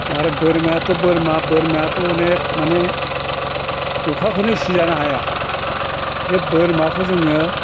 आरो बोरमायाथ' बोरमा बोरमायाथ' अनेक माने अखाखौनो सिजानो हाया बे बोरमाखौ जोङो